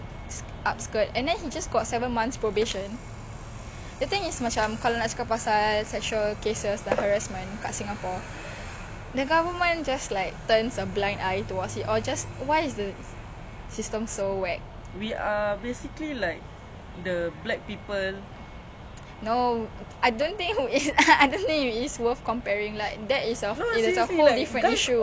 no I don't think we is worth comparing like that itself is itself a whole different issue ya like but then and racism is completely different but the situation is like of course ah but like black women have it worst